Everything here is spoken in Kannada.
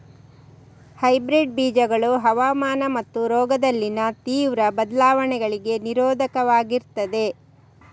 ಹೈಬ್ರಿಡ್ ಬೀಜಗಳು ಹವಾಮಾನ ಮತ್ತು ರೋಗದಲ್ಲಿನ ತೀವ್ರ ಬದಲಾವಣೆಗಳಿಗೆ ನಿರೋಧಕವಾಗಿರ್ತದೆ